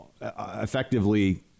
effectively